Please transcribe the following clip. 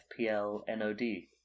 FPLNOD